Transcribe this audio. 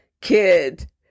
kid